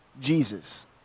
Jesus